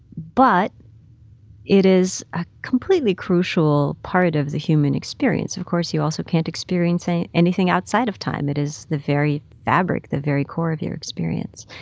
but it is a completely crucial part of the human experience. of course, you also can't experience anything outside of time. it is the very fabric, the very core of your experience.